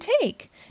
take